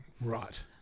Right